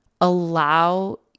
allow